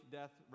death